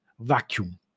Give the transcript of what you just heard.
vacuum